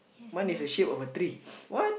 one is the shape of a tree what